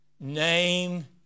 name